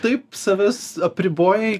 taip savęs apribojai